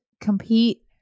compete